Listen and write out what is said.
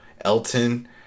elton